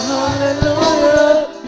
hallelujah